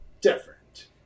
different